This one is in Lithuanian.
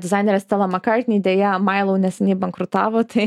dizainerė stela makartnei deja mailau neseniai bankrutavo tai